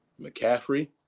McCaffrey